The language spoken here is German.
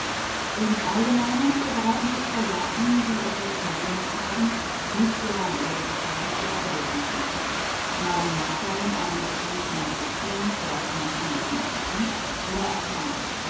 im allgemeinen verbreiten sich soldaten die etwas mitgemacht haben nicht gern über die details ihrer erlebnisse man mag darin ein gefühl von achtung für das menschenleben erblicken oder auch scham